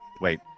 wait